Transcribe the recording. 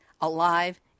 alive